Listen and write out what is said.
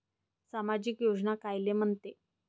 सामाजिक योजना कायले म्हंते?